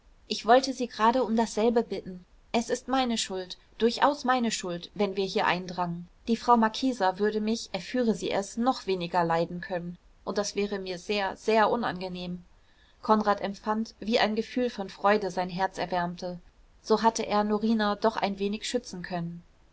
ich wollte sie gerade um dasselbe bitten es ist meine schuld durchaus meine schuld wenn wir hier eindrangen die frau marchesa würde mich erführe sie es noch weniger leiden können und das wäre mir sehr sehr unangenehm konrad empfand wie ein gefühl von freude sein herz erwärmte so hatte er norina doch ein wenig schützen können